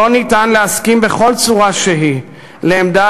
אי-אפשר להסכים בכל צורה שהיא לעמדה